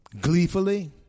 Gleefully